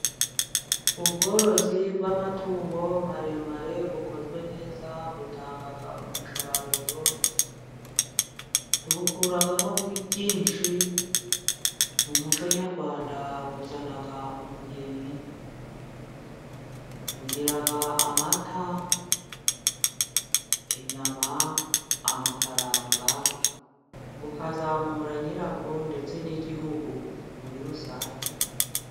Ubworozi bw'amatungo maremare bukozwe neza, butanga umusaruro tubukuramo byinshi: mu muco nyarwanda buzana umugeni, bugira amata, inyama, amafaranga bukazamura nyirabwo ndetse n'igihugu muri rusange.